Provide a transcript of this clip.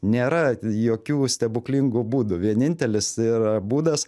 nėra jokių stebuklingų būdų vienintelis yra būdas